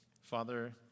Father